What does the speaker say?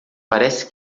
parece